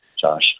Josh